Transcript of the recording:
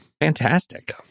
Fantastic